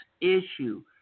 issue